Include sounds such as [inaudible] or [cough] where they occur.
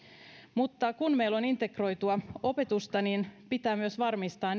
mutta kun meillä on integroitua opetusta niin pitää myös varmistaa [unintelligible]